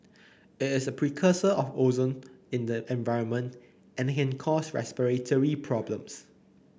it is a precursor of ozone in the environment and can cause respiratory problems